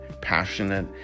passionate